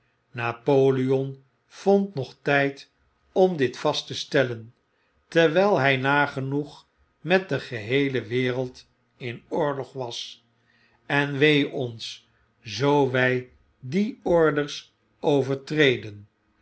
napoleon vond nog tyd om dit vast te stellen terwyl hy nagenoeg met de geheele wereld in oorlog was en wee ons zoo wy die orders overtreden